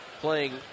playing